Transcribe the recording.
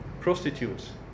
prostitutes